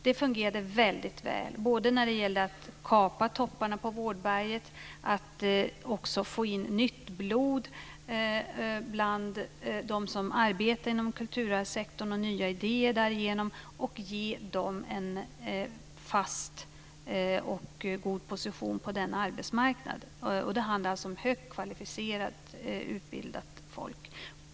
Det fungerade väldigt väl, både när det gällde att kapa topparna på vårdberget, att också få in nytt blod bland dem som arbetar inom kulturarvssektorn och nya idéer därigenom och ge dem en fast och god position på den arbetsmarknaden. Det handlar alltså om högt kvalificerat utbildat folk.